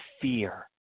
fear